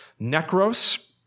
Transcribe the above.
Necros